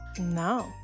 no